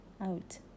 out